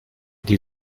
die